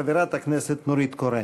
חברת הכנסת נורית קורן.